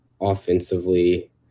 offensively